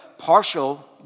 partial